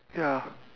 ya